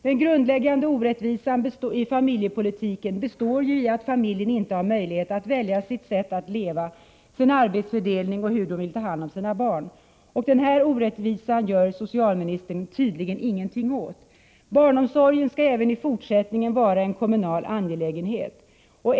Den grundläggande orättvisan i familjepolitiken består ju i att familjen inte har möjlighet att välja sitt sätt att leva, sin arbetsfördelning och hur de vill ta hand om sina barn. Den orättvisan gör socialministern tydligen ingenting åt. Barnomsorgen skall även i fortsättningen vara en kommunal angelägenhet.